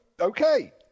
Okay